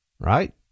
right